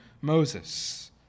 Moses